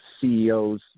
CEOs